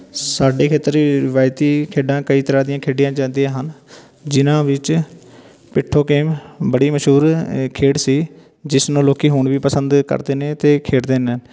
ਸਾਡੇ ਖੇਤਰ ਰਵਾਇਤੀ ਖੇਡਾਂ ਕਈ ਤਰ੍ਹਾਂ ਦੀਆਂ ਖੇਡੀਆਂ ਜਾਂਦੀਆਂ ਹਨ ਜਿਨ੍ਹਾਂ ਵਿੱਚ ਪਿੱਠੂ ਗੇਮ ਬੜੀ ਮਸ਼ਹੂਰ ਖੇਡ ਸੀ ਜਿਸ ਨੂੰ ਲੋਕ ਹੁਣ ਵੀ ਪਸੰਦ ਕਰਦੇ ਨੇ ਅਤੇ ਖੇਡਦੇ ਨੇ